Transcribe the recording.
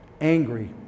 angry